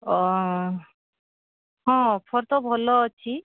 ଓ ହଁ ଅଫର୍ ତ ଭଲ ଅଛି